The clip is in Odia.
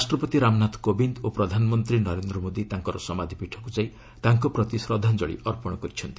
ରାଷ୍ଟ୍ରପତି ରାମନାଥ କୋବିନ୍ଦ ଓ ପ୍ରଧାନମନ୍ତ୍ରୀ ନରେନ୍ଦ୍ର ମୋଦି ତାଙ୍କର ସମାଧିପୀଠକୁ ଯାଇ ତାଙ୍କ ପ୍ରତି ଶ୍ରଦ୍ଧାଞ୍ଜଳି ଅର୍ପଣ କରିଛନ୍ତି